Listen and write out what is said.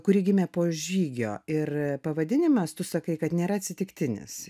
kuri gimė po žygio ir pavadinimas tu sakai kad nėra atsitiktinis